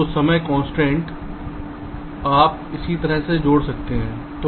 तो समय की कंस्ट्रेंट्स आप इसी तरह जोड़ सकते हैं